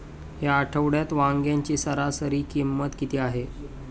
या आठवड्यात वांग्याची सरासरी किंमत किती आहे?